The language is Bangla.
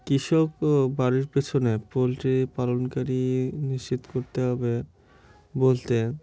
কৃষক ও বাড়ির পেছনে পোলট্রি পালনকারী নিশ্চিত করতে হবে বলতে